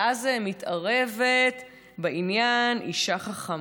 ואז מתערבת בעניין אישה חכמה.